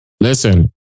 Listen